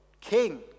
King